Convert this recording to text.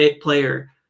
player